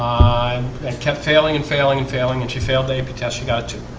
um and kept failing and failing and failing and she failed a because she got to